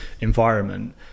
environment